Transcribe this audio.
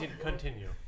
Continue